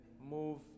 Move